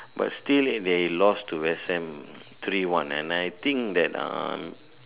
but still they lost to West Ham three one and I think that uh